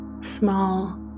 small